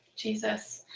jesus,